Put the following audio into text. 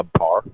subpar